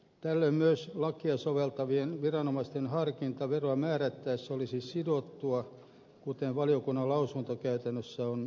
tällöin myös lakia soveltavien viranomaisten harkinta veroa määrättäessä olisi sidottua kuten valiokunnan lausuntokäytännössä on painotettu